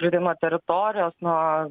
tyrimo teritorijos nuo